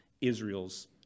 Israel's